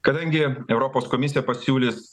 kadangi europos komisija pasiūlys